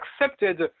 accepted